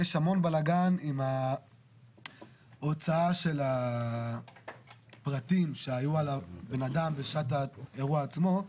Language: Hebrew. יש המון בלגן עם ההוצאה של הפרטים שהיו על הבן אדם בשעת האירוע עצמו.